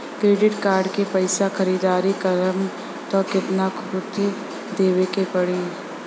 Credit card के पैसा से ख़रीदारी करम त केतना सूद देवे के पड़ी?